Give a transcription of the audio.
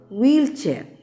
wheelchair